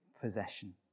possession